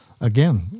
Again